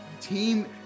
team